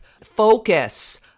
focus